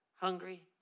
Hungry